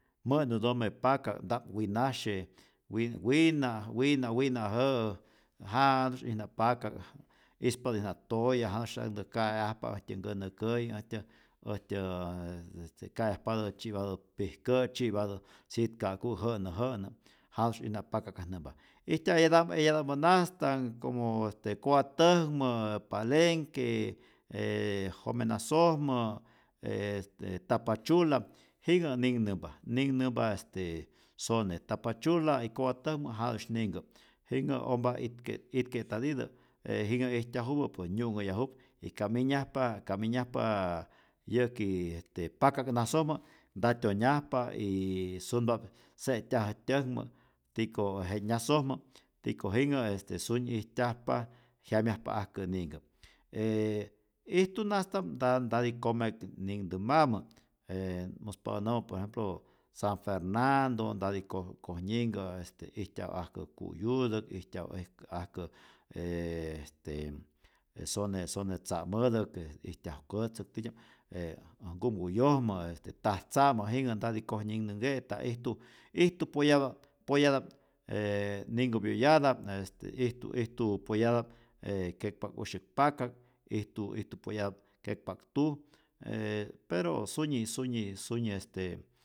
Mä'nutome paka'k ntap winasye, win wina wina' wina' jä'ä jnu'sy'ijna paka'k, ispatä'ijna toya', jana'usyanhtä ka'e'ajpa äjtyä nkänä kä'yi, äjtyä äjtyäää e este ka'e'ajpatä tzyi'pataä pijkä', tzyipatä sitka'ku' jä'nä jä'nä' janu'sy'ijna paka'kajnämpa, ijtya' eyata'mpä eyata'mpä nastam como koatäkmä, palenque, e jomenasojmä, ste taapachula jinhä ninhnämpa, nihnämpa este sone, tapachula y koatäkmä janu'sy ninhkä, jinhä ompa itke itke'tatitä e jinhä ijtyajupä pues nyu'nhäyaju'p y ka minyajpa ka minyajpaa yä'ki este paka'k nasojmä nta tyonyajpa yyy sunpa'p se'tyajä tyäkmä, tiko je nyasojmä tiko jinhä este sunyi ijtyajpa, jyamyajpa'ajkä ninhkä, ijtu nasta'p nta ntati komek ninhnämpamä, ee muspatä nämä por ejemplo san fernando ntati komek koj nyinhkä, este ijtyaju'ajkä ku'yutäk, ijtyaju'es ajkä ee este e sone sone tza'mätäk, este ijtyaju kotzäk titya'p e äj kumku'yojmä este tajtza'mä jinhä ntati koj nyinhnänhke'ta, ijtu ijtu poyata'p poyata'p ninhkä pyoyata'p, este ijtu ijtu poyata'p ee kekpa'k usyäk paka'k, ijtu ijtu poyata'p kekpa'k tuj ee pero sunyi sunyi sunyi este